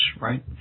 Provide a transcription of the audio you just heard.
right